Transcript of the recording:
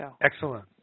Excellent